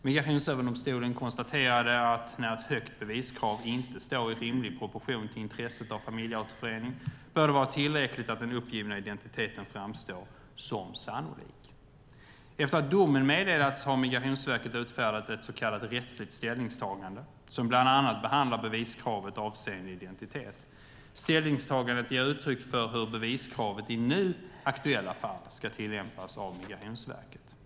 Migrationsöverdomstolen konstaterade att när ett högt beviskrav inte står i rimlig proportion till intresset av familjeåterförening bör det vara tillräckligt att den uppgivna identiteten framstår som sannolik. Efter att domen meddelats har Migrationsverket utfärdat ett så kallat rättsligt ställningstagande, som bland annat behandlar beviskravet avseende identitet. Ställningstagandet ger uttryck för hur beviskravet i nu aktuella fall ska tillämpas av Migrationsverket.